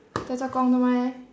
在做工做么 leh